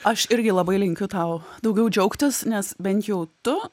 aš irgi labai linkiu tau daugiau džiaugtis nes bent jau tu